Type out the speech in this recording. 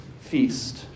feast